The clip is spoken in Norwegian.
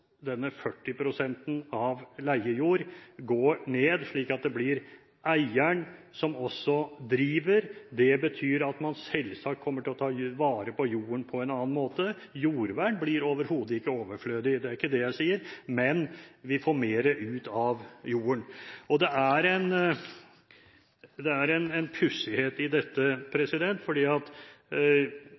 denne 40-prosenten med leiejord går ned, slik at det blir eieren som også driver. Det betyr selvsagt at man kommer til å ta vare på jorden på en annen måte. Jordvern blir overhodet ikke overflødig; det er ikke det jeg sier. Men vi får mer ut av jorden. Det er en pussighet i dette,